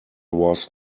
was